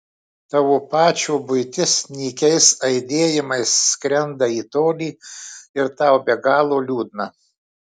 tavo pačio buitis nykiais aidėjimais skrenda į tolį ir tau be galo liūdna